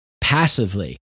passively